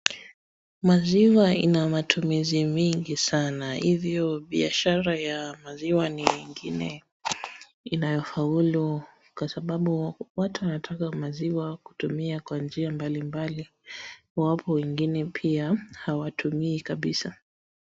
Maziwa ina matumizi mingi sana, hivyo biashara ya maziwa ni ingine inayofaulu kwa sababu watu wanataka maziwa kutumia kwa njia mbalimbali iwapo wengine pia hawatumii kabisa.